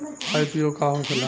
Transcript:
IPO का होखेला?